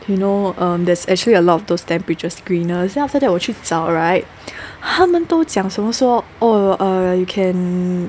you know um there's actually a lot of those temperature screeners then after that 我去找 right 他们都讲什么说 or err you can